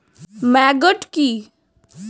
Maggot কি?